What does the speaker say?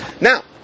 Now